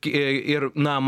ir na matomos tos